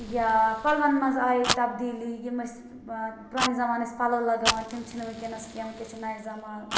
یا پَلوَن مَنٛز آیہِ تَبدیٖلی یِم أسۍ پرانہِ زَمانہِ ٲسۍ پَلَو لَگاوان تِم چھِ نہٕ وِنکیٚنَس کینٛہہ وِنکیٚس چھُ نَیہِ زَمان